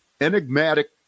enigmatic